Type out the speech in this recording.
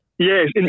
Yes